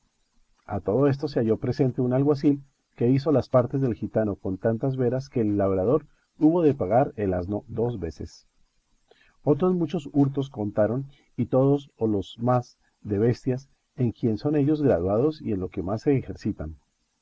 a todo esto se halló presente un alguacil que hizo las partes del gitano con tantas veras que el labrador hubo de pagar el asno dos veces otros muchos hurtos contaron y todos o los más de bestias en quien son ellos graduados y en lo que más se ejercitan